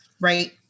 right